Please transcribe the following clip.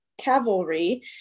cavalry